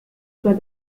for